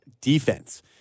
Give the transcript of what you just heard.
defense